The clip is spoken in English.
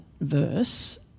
verse